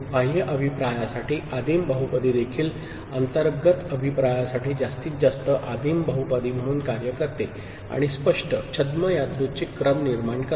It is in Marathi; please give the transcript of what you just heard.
बाह्य अभिप्रायासाठी आदिम बहुपदी देखील अंतर्गत अभिप्रायासाठी जास्तीत जास्त आदिम बहुपदी म्हणून कार्य करते आणिस्पष्ट छद्म यादृच्छिक क्रम निर्माण करते